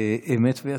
אמת ויציב.